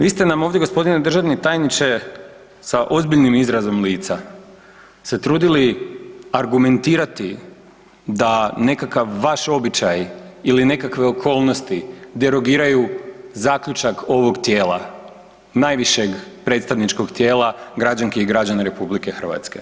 Vi ste nam ovdje g. državni tajniče sa ozbiljnim izrazom lica se trudili argumentirati da nekakav vaš običaj ili nekakve okolnosti derogiraju zaključak ovog tijela, najvišeg predstavničkog tijela građanki i građana RH.